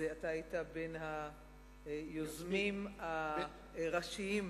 אתה היית מהיוזמים הראשיים